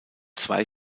zwei